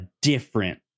different